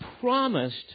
promised